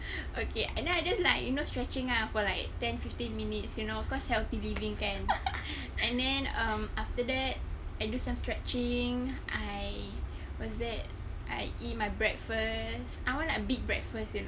okay and then I just like you know stretching ah for like ten fifteen minutes you know cause healthy living kan and then um after that I do some stretching I was there I eat my breakfast I want like big breakfast you know